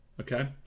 Okay